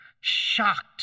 shocked